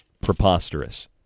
preposterous